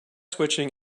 switching